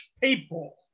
people